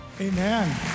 Amen